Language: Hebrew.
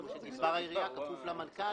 וגזבר העירייה כפוף למנכ"ל.